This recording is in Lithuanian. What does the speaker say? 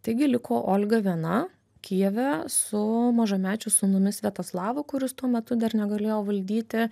taigi liko olga viena kijeve su mažamečiu sūnumi sviatoslavu kuris tuo metu dar negalėjo valdyti